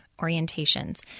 orientations